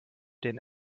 den